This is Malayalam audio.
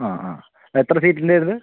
ആ ആ എത്ര സീറ്റിൻ്റയാണ് ഇത്